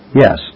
yes